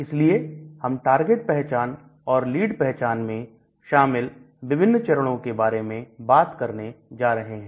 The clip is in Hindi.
इसलिए हम टारगेट पहचान और लीड पहचान मैं शामिल विभिन्न चरणों के बारे में बात करने जा रहे हैं